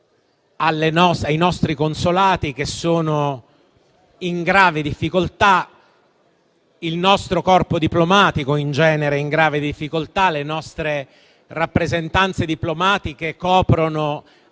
ai nostri consolati, che sono in grave difficoltà; il nostro corpo diplomatico in genere è in grave difficoltà, le nostre rappresentanze diplomatiche coprono